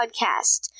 podcast